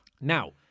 Now